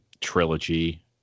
trilogy